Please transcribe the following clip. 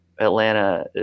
Atlanta